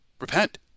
Repent